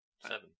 seven